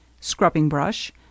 scrubbing-brush